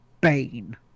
Bane